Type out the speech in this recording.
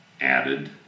added